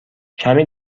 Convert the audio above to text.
کمی